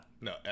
no